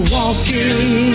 walking